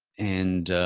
and,